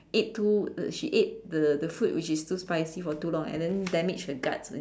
eat too she eats the the food which is too spicy for too long and then damage her guts